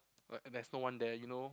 uh there's no one there you know